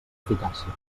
eficàcia